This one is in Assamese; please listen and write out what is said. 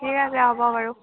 ঠিক আছেে হ'ব বাৰু